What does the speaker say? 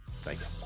Thanks